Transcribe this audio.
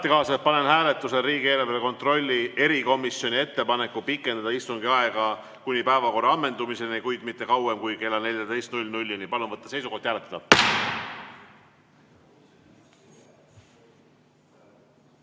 päevakorra ammendumiseni, kuid mitte kauem kui kella 14‑ni. Palun võtta seisukoht ja